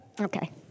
Okay